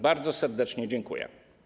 Bardzo serdecznie dziękuję.